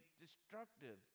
destructive